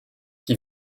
qui